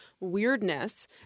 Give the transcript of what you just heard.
weirdness